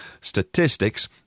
statistics